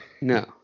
no